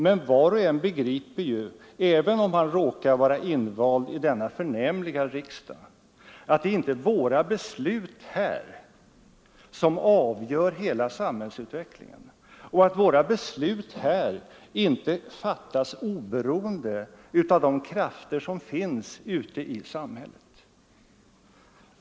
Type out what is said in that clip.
Men var och en begriper ju, även om han råkar vara invald i denna förnämliga riksdag, att det inte är våra beslut här som avgör hela samhällsutvecklingen och att besluten i riksdagen inte fattas oberoende av de krafter som finns ute i samhället.